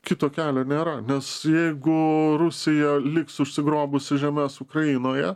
kito kelio nėra nes jeigu rusija liks užsigrobusi žemes ukrainoje